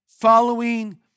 Following